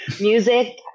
music